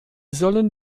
sollen